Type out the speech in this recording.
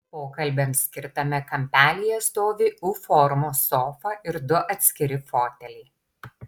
pokalbiams skirtame kampelyje stovi u formos sofa ir du atskiri foteliai